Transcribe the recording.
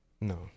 No